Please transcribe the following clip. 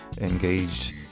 engaged